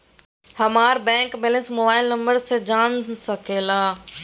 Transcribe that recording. हमारा bank balance mobile number से जान सके ला?